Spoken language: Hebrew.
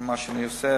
מה שאני עושה.